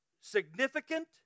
significant